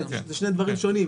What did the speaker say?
כן, זה שני דברים שונים.